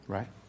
Right